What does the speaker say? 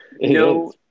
No